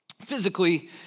Physically